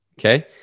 Okay